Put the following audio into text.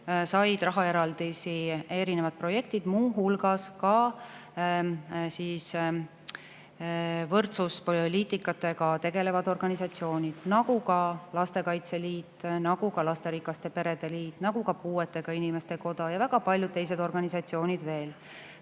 said rahaeraldisi erinevad projektid, muu hulgas ka võrdsuspoliitikatega tegelevad organisatsioonid, nagu ka Lastekaitse Liit, nagu ka [Eesti] Lasterikaste Perede Liit, nagu ka [Eesti] Puuetega Inimeste Koda ja väga paljud teised organisatsioonid.